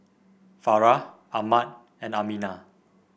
Farah Ahmad and Aminah